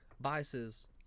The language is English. Biases